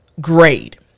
grade